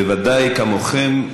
בוודאי, כמוכם,